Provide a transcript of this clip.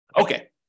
Okay